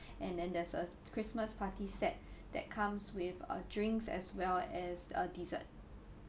and then there's a christmas party set that comes with uh drinks as well as a desert